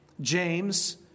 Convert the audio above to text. James